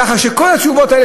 ככה שכל התשובות האלה,